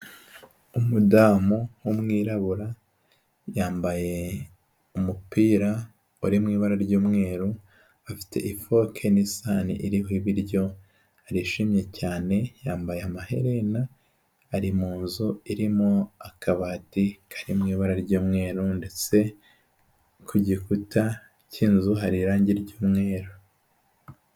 Umudamu w'umwirabura, yambaye umupira uri mu ibara ry'umweru, afite ifoke n'isahani iriho ibiryo, arishimye cyane, yambaye amaherena, ari mu nzu irimo akabati kari mu ibara ry'umweru ndetse ku gikuta cy'inzu hari irangi ry'umweru.